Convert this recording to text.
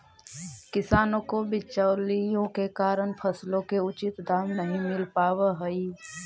किसानों को बिचौलियों के कारण फसलों के उचित दाम नहीं मिल पावअ हई